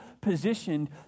positioned